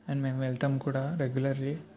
and మేము వెళ్తాం కూడా రెగ్యులర్లీ